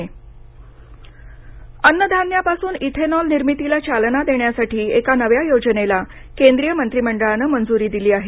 मंत्रीमंडळ निर्णय अन्नधान्यापासून इथेनॉल निर्मितीला चालना देण्यासाठी एका नव्या योजनेला केंद्रीय मंत्रीमंडळानं मंजूरी दिली आहे